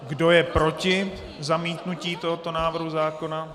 Kdo je proti zamítnutí tohoto návrhu zákona?